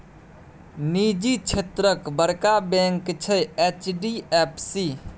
निजी क्षेत्रक बड़का बैंक छै एच.डी.एफ.सी